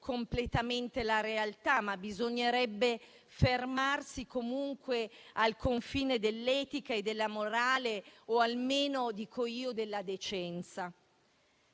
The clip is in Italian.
completamente la realtà, ma bisognerebbe fermarsi al confine dell'etica e della morale, o almeno - dico io - della decenza.